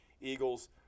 Eagles